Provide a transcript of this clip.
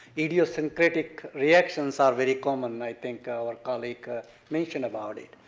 idiosyncratic reactions are very common, i think our colleague mentioned about it.